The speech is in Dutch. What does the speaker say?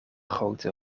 grote